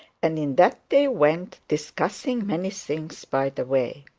and in that they went, discussing many things by the way.